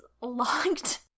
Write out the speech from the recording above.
locked